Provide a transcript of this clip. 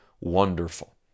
wonderful